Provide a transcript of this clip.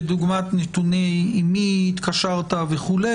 כדוגמת נתונים עם מי התקשרת וכו',